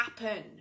happen